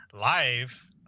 live